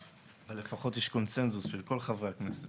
לפחות יש קונצנזוס שזה כל חברי הכנסת.